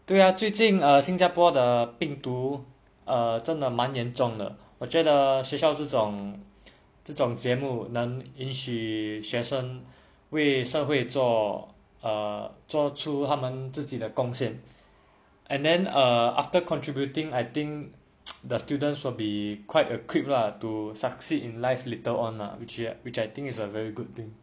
对啊最近哦新加坡的病毒真的蛮严重的我觉得学校这种这种节目能允许学生为社会做做出他们自己的贡献 and then err after contributing I think the students will be quite equip lah to succeed in life later on ah which you which I think is a very good thing